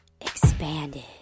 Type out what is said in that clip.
Expanded